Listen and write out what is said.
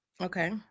Okay